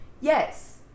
yes